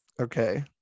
okay